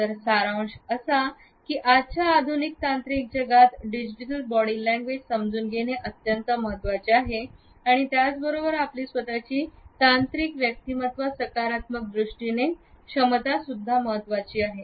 तर सारांश असा की आजच्या आधुनिक तांत्रिक जगात डिजिटल बॉडी लँग्वेज समजून घेणे अत्यंत महत्त्वाचे आहे आणि त्याचबरोबर आपली स्वतःची तांत्रिक व्यक्तिमत्व सकारात्मक दृष्टीने याची क्षमता सुद्धा महत्त्वाची आहे